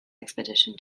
expedition